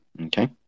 Okay